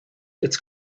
its